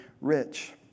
rich